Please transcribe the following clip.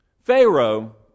Pharaoh